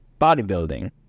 bodybuilding